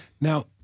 Now